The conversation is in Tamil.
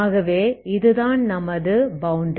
ஆகவே இது தான் நமது பௌண்டரி